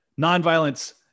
nonviolence